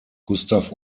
gustav